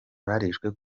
barishwe